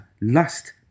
lust